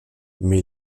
mais